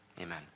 Amen